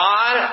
God